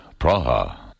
Praha